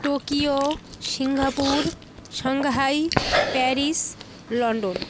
Tokyo Singapore Shanghai Paris London